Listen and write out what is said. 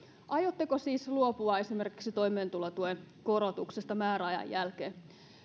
aiotteko siis luopua esimerkiksi toimeentulotuen korotuksesta määräajan jälkeen